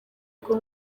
ubwo